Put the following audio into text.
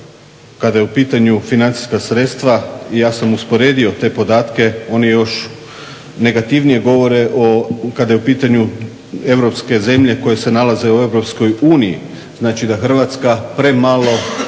kada je u pitanju financijska sredstva i ja sam usporedio te podatke, oni još negativnije govore kada je u pitanju europske zemlje koje se nalaze u Europskoj uniji. Znači da Hrvatska premalo